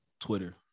Twitter